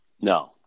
No